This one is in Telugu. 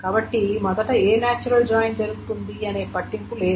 కాబట్టి మొదట ఏ నేచురల్ జాయిన్ జరుగుతుంది అనే పట్టింపు లేదు